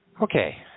Okay